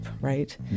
right